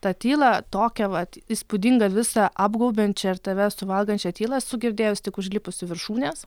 tą tylą tokią vat įspūdingą visą apgaubiančią ir tave suvalgančią tylą esu girdėjus tik užlipus į viršūnes